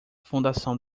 fundação